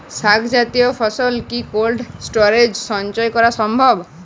শাক জাতীয় ফসল কি কোল্ড স্টোরেজে সঞ্চয় করা সম্ভব?